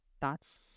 Thoughts